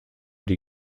die